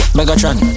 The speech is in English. Megatron